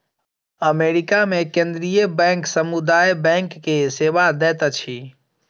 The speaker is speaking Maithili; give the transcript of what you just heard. अमेरिका मे केंद्रीय बैंक समुदाय बैंक के सेवा दैत अछि